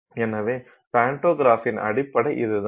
எனவே பாண்டோகிராஃப்பின் அடிப்படை இதுதான்